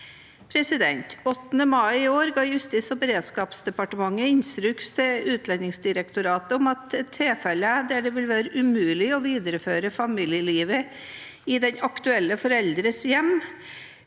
8. mai i år ga Justis- og beredskapsdepartementet instruks til Utlendingsdirektoratet om at i tilfeller der det vil være umulig å videreføre familielivet i den aktuelle forelders hjem,